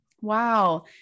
Wow